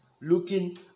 Looking